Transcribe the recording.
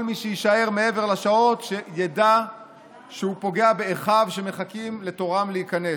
כל מי שיישאר מעבר לשעות ידע שהוא פוגע באחיו שמחכים לתורם להיכנס.